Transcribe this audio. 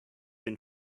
been